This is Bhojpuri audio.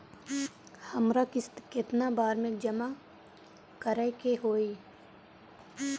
हमरा किस्त केतना बार में जमा करे के होई?